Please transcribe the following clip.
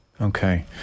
Okay